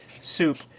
soup